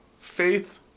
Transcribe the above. faith